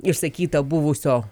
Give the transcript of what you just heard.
išsakyta buvusio